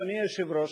אדוני היושב-ראש,